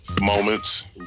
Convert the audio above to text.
moments